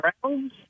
grounds